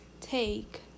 take